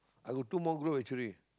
I got two more group actually